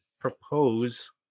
propose